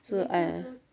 so I